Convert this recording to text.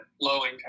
low-income